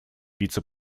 вице